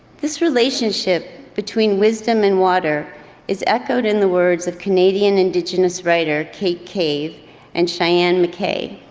this relationship between wisdom and water is echoed in the words of canadian indigenous writer, kate cave and shianne mckay.